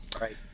Right